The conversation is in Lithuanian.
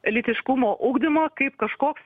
lytiškumo ugdymo kaip kažkoks